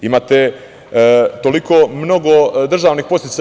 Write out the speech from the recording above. Imate toliko mnogo državnih podsticaja.